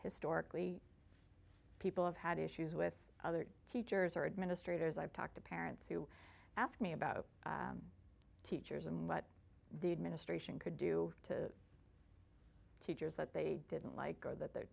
historically people have had issues with other teachers or administrators i've talked to parents who ask me about teachers and what the administration could do to teachers that they didn't like or that their